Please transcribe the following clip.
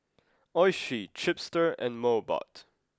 Oishi Chipster and Mobot